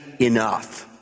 enough